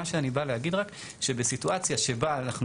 מה שאני בא להגיד רק שבסיטואציה שבה אנחנו